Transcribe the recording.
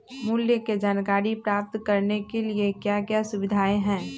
मूल्य के जानकारी प्राप्त करने के लिए क्या क्या सुविधाएं है?